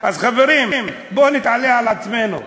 אז, חברים, בואו נתעלה על עצמנו.